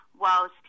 whilst